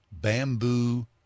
Bamboo